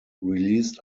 released